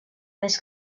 més